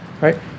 right